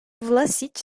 vlasiç